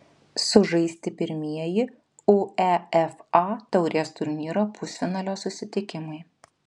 sužaisti pirmieji uefa taurės turnyro pusfinalio susitikimai